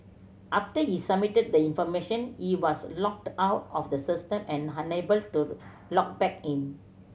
after he submitted the information he was logged out of the system and unable to log back in